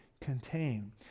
contain